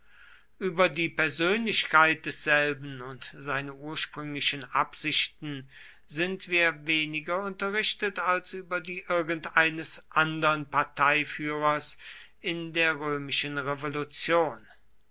über die persönlichkeit desselben und seine ursprünglichen absichten sind wir weniger unterrichtet als über die irgendeines andern parteiführers in der römischen revolution